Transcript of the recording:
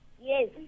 Yes